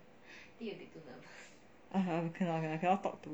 (uh huh) I cannot cannot I cannot talk to